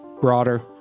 broader